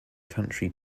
country